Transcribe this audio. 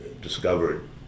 Discovered